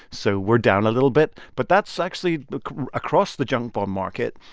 so we're down a little bit. but that's actually across the junk bond market,